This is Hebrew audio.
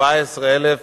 כ-17,000